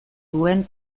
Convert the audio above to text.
duen